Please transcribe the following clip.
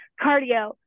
cardio